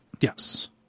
Yes